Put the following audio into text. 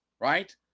right